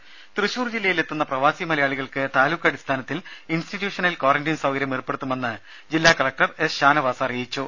രുമ തൃശൂർ ജില്ലയിലെത്തുന്ന പ്രവാസി മലയാളികൾക്ക് താലൂക്കടിസ്ഥാനത്തിൽ ഇൻസ്റ്റിറ്റ്യൂഷണൽ ക്വാറന്റീൻ സൌകര്യം ഏർപ്പെടുത്തുമെന്ന് ജില്ലാ കളക്ടർ എസ് ഷാനവാസ് പറഞ്ഞു